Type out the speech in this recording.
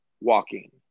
walking